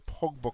Pogba